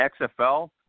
XFL